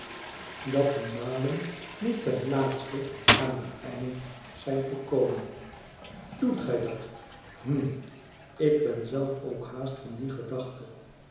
dat die malen nu ten laatste aan een eind zijn gekomen doet gij bat hm ik ben zelf ook haast van die gedachte